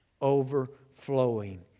Overflowing